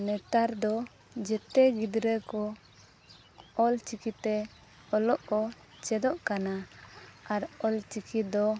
ᱱᱮᱛᱟᱨ ᱫᱚ ᱡᱚᱛᱚ ᱜᱤᱫᱽᱨᱟᱹ ᱠᱚ ᱚᱞᱪᱤᱠᱤ ᱛᱮ ᱚᱞᱚᱜ ᱠᱚ ᱪᱮᱫᱚᱜ ᱠᱟᱱᱟ ᱟᱨ ᱚᱞᱪᱤᱠᱤ ᱫᱚ